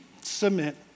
Submit